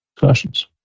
discussions